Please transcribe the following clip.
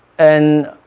and